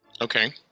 Okay